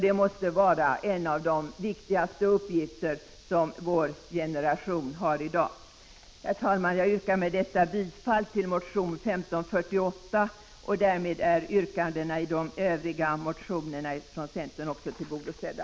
Detta måste vara en av de viktigaste uppgifterna för vår generation. Herr talman! Jag yrkar med det anförda bifall till motion 1548. Därmed är även yrkandena i de övriga motionerna från centern tillgodosedda.